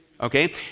Okay